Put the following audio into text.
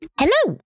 hello